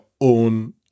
own